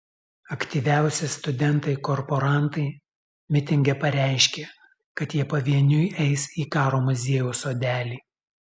aktyviausi studentai korporantai mitinge pareiškė kad jie pavieniui eis į karo muziejaus sodelį